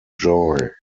joy